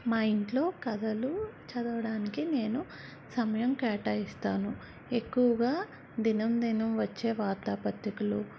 మా ఇంట్లో కథలు చదవడానికి నేను సమయం కేటాయిస్తాను ఎక్కువగా దినం దినం వచ్చే వార్తాపత్రికలు